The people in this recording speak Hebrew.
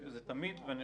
אוקיי.